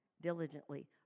diligently